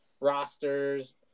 Rosters